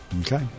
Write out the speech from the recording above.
Okay